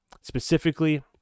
Specifically